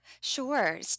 Sure